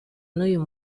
n’uyu